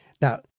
Now